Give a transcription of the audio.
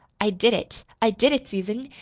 i did it i did it, susan!